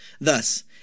Thus